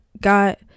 got